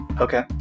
Okay